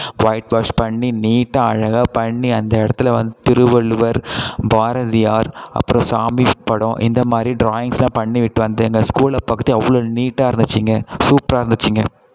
white wash பண்ணி நீட்டாக அழகாக பண்ணி அந்த இடத்துல வந்து திருவள்ளுவர் பாரதியார் அப்புறம் சாமி படம் இந்த மாரி ட்ராயிங்ஸ்லாம் பண்ணிவிட்டு வந்தேங்க ஸ்கூலை பார்க்குறத்துக்கே அவ்வளோ நீட்டாக இருந்துச்சுங்க சூப்பராக இருந்துச்சுங்க